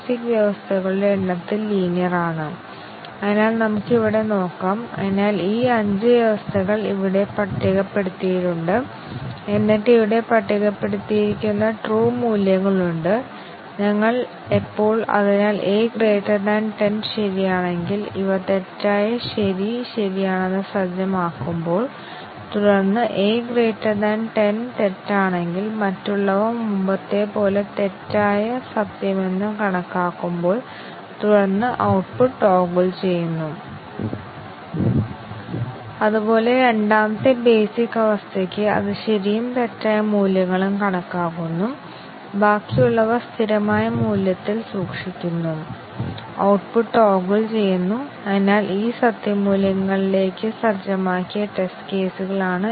ഇത് വളരെ കൂടുതലാണ് നമുക്ക് 20 അല്ലെങ്കിൽ 30 ആറ്റോമിക് കണ്ടീഷണൽ എക്സ്പ്രെഷൻ ഒരു ബ്രാഞ്ച് എക്സ്പ്രഷനിൽ ദൃശ്യമാകുന്നുവെന്ന് സങ്കൽപ്പിക്കുക കൂടാതെ 20 അല്ലെങ്കിൽ 30 ആറ്റോമിക് അവസ്ഥകൾ വളരെ സാധാരണമായി കാണപ്പെടുന്ന നിരവധി ആപ്ലിക്കേഷനുകൾ ഉണ്ട് ഉദാഹരണത്തിന് വിവിധ പാരാമീറ്ററുകൾ അനുഭവപ്പെടുന്ന എംബെഡെഡ് കൺട്രോളർ ആപ്ലിക്കേഷനുകളിൽ ചില വേരിയബിളുകളെ ആശ്രയിച്ച് ചില വേരിയബിളുകളുടെ മൂല്യങ്ങൾ ചില പ്രവർത്തനങ്ങൾ പത്ത് പതിനഞ്ചും ഇരുപതും വേരിയബിളുകൾ ഉൾക്കൊള്ളുന്ന കണ്ടീഷണൽ എക്സ്പ്രെഷനുകൾ സ്വീകരിച്ചത് വളരെ സാധാരണമാണ്